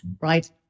right